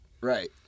Right